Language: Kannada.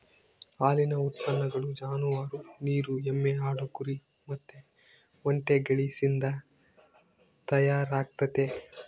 ಹಾಲಿನ ಉತ್ಪನ್ನಗಳು ಜಾನುವಾರು, ನೀರು ಎಮ್ಮೆ, ಆಡು, ಕುರಿ ಮತ್ತೆ ಒಂಟೆಗಳಿಸಿಂದ ತಯಾರಾಗ್ತತೆ